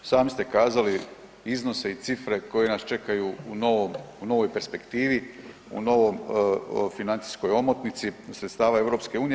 Sami ste kazali iznose i cifre koje nas čekaju u novoj perspektivi u novoj financijskoj omotnici sredstava EU.